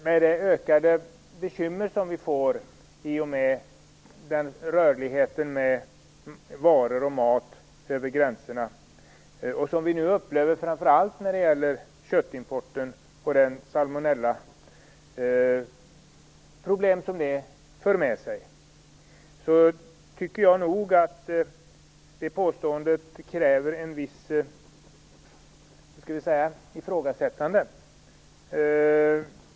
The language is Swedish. Med de ökade bekymmer som rörligheten med livsmedel och övriga varor över gränserna innebär, som vi nu upplever framför allt när det gäller köttimporten och de salmonellaproblem som den för med sig, tycker jag nog att hans påstående kräver ett visst ifrågasättande.